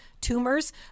tumors